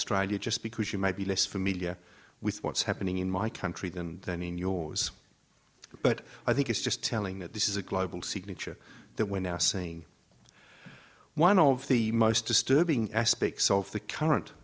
strategy just because you may be less familiar with what's happening in my country than than in yours but i think it's just telling that this is a global signature that we're now seeing one of the most disturbing aspects of the current